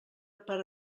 per